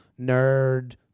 nerd